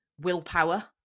willpower